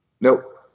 Nope